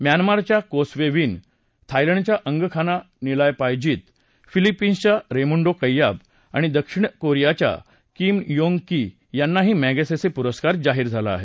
म्यानमारच्या Ko Swe थायलंडच्या अंगखाना निलापायजित फिलिपिन्सच्या रेमुंडो कैयाब आणि दक्षिण कोरियाच्या किम योंग कि यांनाही मेगसेसे पुरस्कार जाहीर झाला आहे